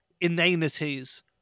inanities